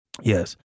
Yes